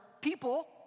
people